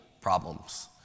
Problems